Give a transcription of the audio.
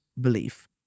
belief